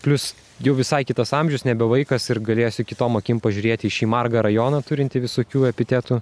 plius jau visai kitas amžius nebe vaikas ir galėsiu kitom akim pažiūrėti į šį margą rajoną turintį visokių epitetų